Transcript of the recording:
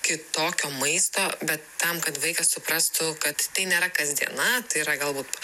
kitokio maisto bet tam kad vaikas suprastų kad tai nėra kasdiena tai yra galbūt